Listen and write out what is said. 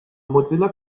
mozilla